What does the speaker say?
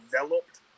developed